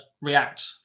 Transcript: react